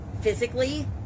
physically